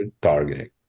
targeting